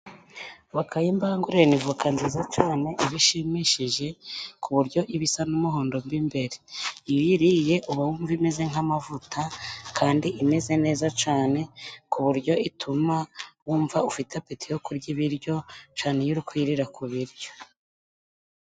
Voka y'imbangurirano ni voka nziza cyane, iba ishimishije ku buryo iba isa n'umuhondo mo imbere. Iyo uyiriye uba wumva imeze nk'amavuta kandi imeze neza cyane ku buryo ituma wumva ufite apeti yo kurya ibiryo cyane iyo uri kuyirira ku biryo.